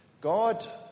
God